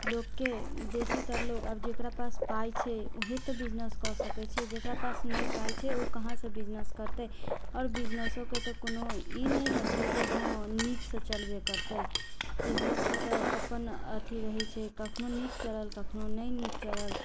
लोकके बेसीतर लोग आब जकरा पास पाइ छै उहे तऽ बिजनेस कऽ सकै छै जकरा पास ने पाइ छै ओ कहाँसँ बिजनेस करतै आओर बिजनेसोके तऽ कोनो ई नहि ने छै जे हँ नीक सँ चलबे करतै बिजनेसके तऽ अपन अथी रहै छै कखनो नीक चलल कखनो नहि नीक चलल